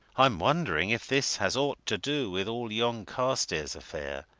i'm wondering if this has aught to do with all yon carstairs affair?